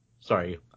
Sorry